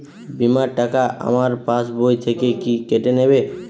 বিমার টাকা আমার পাশ বই থেকে কি কেটে নেবে?